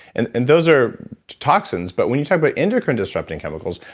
and and those are toxins, but when you talk about endocrine disrupting chemicals,